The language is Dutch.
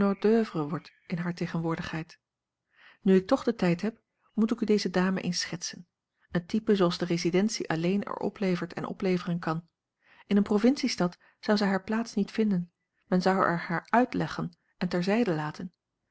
d'oeuvre wordt in hare tegenwoordigheid nu ik toch den tijd heb moet ik u deze dame eens schetsen een type zooals de residentie alleen er oplevert en opleveren kan in eene provinciestad zou zij hare plaats niet vinden men zou er haar uitlachen en ter zijde laten